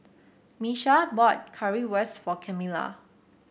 Miesha bought Currywurst for Camilla